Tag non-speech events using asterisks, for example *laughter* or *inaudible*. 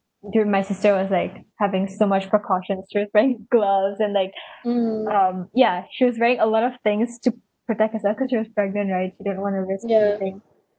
dude my sister was like having so much precautions she was wearing gloves and like *breath* yeah she was wearing a lot of things to protect herself cause she was pregnant right she didn't want to risk anything